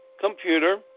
computer